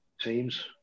teams